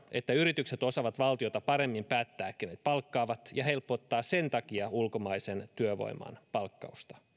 että yritykset osaavat valtiota paremmin päättää kenet palkkaavat ja helpottaa sen takia ulkomaisen työvoiman palkkausta